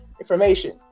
information